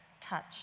touch